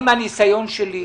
מהניסיון שלי,